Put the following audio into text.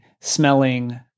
smelling